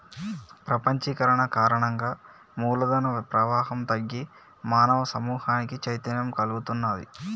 ప్రపంచీకరణ కారణంగా మూల ధన ప్రవాహం తగ్గి మానవ సమూహానికి చైతన్యం కల్గుతున్నాది